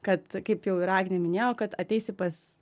kad kaip jau ir agnė minėjo kad ateisi pas